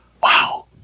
Wow